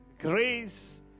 grace